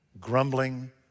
grumbling